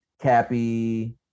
Cappy